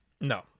no